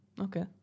Okay